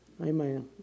Amen